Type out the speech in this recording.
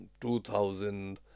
2000